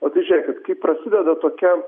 o tai žiūrėkit kai prasideda tokia